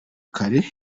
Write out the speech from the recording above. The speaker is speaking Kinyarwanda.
kare